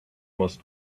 most